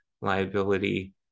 liability